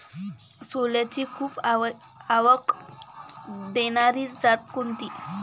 सोल्याची खूप आवक देनारी जात कोनची?